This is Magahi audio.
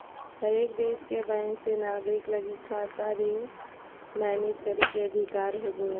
हरेक देश के बैंक मे नागरिक लगी खाता मैनेज करे के अधिकार होवो हय